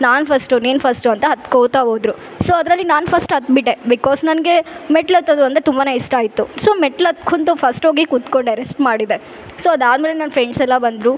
ನಾನು ಫಸ್ಟು ನೀನು ಫಸ್ಟು ಅಂತ ಹತ್ಕೋತ ಹೋದರು ಸೊ ಅದರಲ್ಲಿ ನಾನು ಫಸ್ಟ್ ಹತ್ಬಿಟ್ಟೆ ಬಿಕಾಸ್ ನನಗೆ ಮೆಟ್ಲು ಹತ್ತೋದು ಅಂದರೆ ತುಂಬಾನೆ ಇಷ್ಟ ಆಯಿತು ಸೊ ಮೆಟ್ಲು ಹತ್ಕೊಂತ ಫಸ್ಟ್ ಹೋಗಿ ಕುತ್ಕೊಂಡೆ ರಿಸ್ಕ್ ಮಾಡಿದೆ ಸೊ ಅದಾದ ಮೇಲೆ ನನ್ನ ಫ್ರೆಂಡ್ಸ್ ಎಲ್ಲ ಬಂದರು